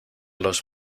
los